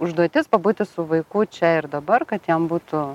užduotis pabūti su vaiku čia ir dabar kad jam būtų